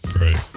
right